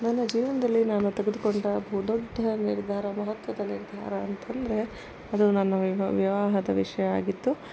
ನನ್ನ ಜೀವನದಲ್ಲಿ ನಾನು ತೆಗೆದುಕೊಂಡ ಬಹುದೊಡ್ಡ ನಿರ್ಧಾರ ಮಹತ್ವದ ನಿರ್ಧಾರ ಅಂತಂದರೆ ಅದು ನನ್ನ ವಿವಾಹದ ವಿಷಯ ಆಗಿತ್ತು